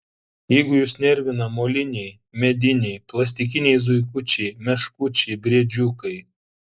jeigu jus nervina moliniai mediniai plastikiniai zuikučiai meškučiai briedžiukai